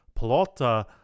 Palotta